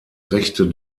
rechte